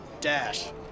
Dash